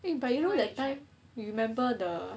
eh but you know that time you remember the